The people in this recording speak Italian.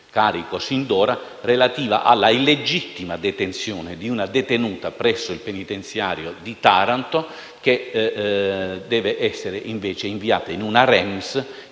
carico sin d'ora, relativa all'illegittima detenzione di una detenuta presso il penitenziario di Taranto, la quale dovrebbe essere invece inviata in una REMS